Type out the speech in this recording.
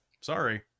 sorry